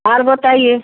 और बताइए